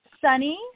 sunny